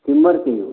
सिमरके यौ